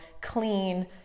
clean